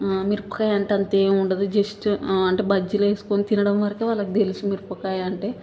మిరపకాయ అంటే అంతేముండదు జస్ట్ అంటే బజ్జీలేసుకుని తినడం వరకే వాళ్ళకు తెలుసు మిరపకాయ అంటే